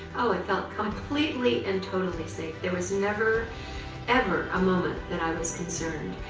oh, i felt completely and totally safe. there was never ever ah moment and i was concerned.